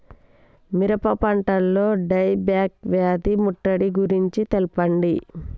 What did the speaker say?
మిరప పంటలో dieback వ్యాధి ముట్టడి గురించి తెల్పండి?